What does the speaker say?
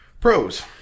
Pros